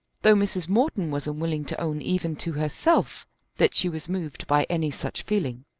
though mrs. morton was unwilling to own even to herself that she was moved by any such feeling.